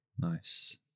Nice